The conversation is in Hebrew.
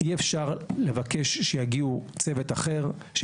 אי אפשר לבקש שיגיעו צוות אחר.